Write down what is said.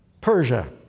Persia